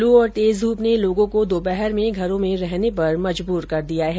लू और तेज धूप ने लोगों को दोपहर में घरों में रहने पर मजबूर कर दिया है